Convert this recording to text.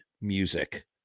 music